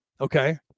Okay